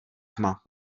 tma